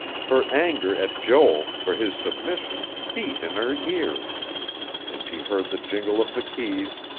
her anger at joel for his submission beat in her ears and she heard the jingle of the keys,